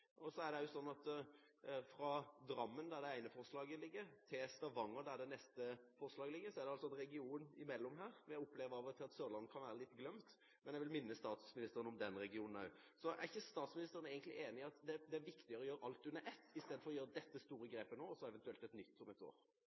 Drammen, der det ene forslaget ligger, og Stavanger, der det neste forslaget ligger, er det altså en region. Vi opplever av og til at Sørlandet kan være litt glemt, så jeg vil minne statsministeren om den regionen også. Er ikke statsministeren egentlig enig i at det er viktigere å gjøre alt under ett i stedet for å gjøre dette store grepet nå, og så eventuelt et nytt om et år?